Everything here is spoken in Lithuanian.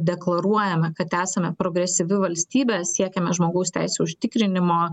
deklaruojame kad esame progresyvi valstybė siekiame žmogaus teisių užtikrinimo